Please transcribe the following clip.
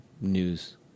news